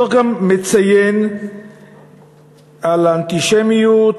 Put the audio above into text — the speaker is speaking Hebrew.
הדוח גם מציין על האנטישמיות,